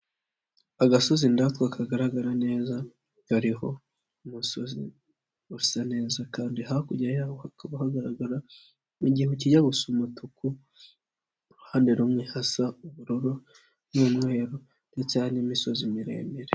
Agasozi ndatwa kagaragara neza kariho umusozi urasa neza kandi hakurya yaho hakaba hagaragara mugihe kijya gu gusa umutuku uruhande rumwe hasa ubururu n'umweru ndetse hari n'imisozi miremire.